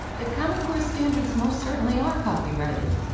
the common core standards most certainly are copyrighted.